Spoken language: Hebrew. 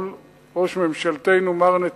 ראש ממשלתנו מר נתניהו,